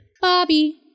Bobby